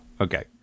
okay